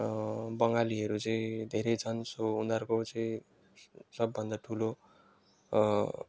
बङ्गालीहरू चाहिँ धेरै छन् सो उनीहरूको चाहिँ सबभन्दा ठुलो